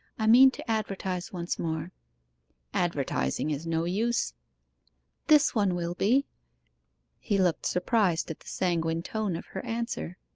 i mean to advertise once more advertising is no use this one will be he looked surprised at the sanguine tone of her answer,